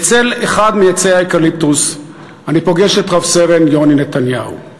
בצל אחד מעצי האקליפטוס אני פוגש את רב-סרן יוני נתניהו,